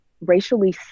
racially